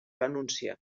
renúncia